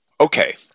Okay